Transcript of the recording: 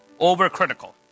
overcritical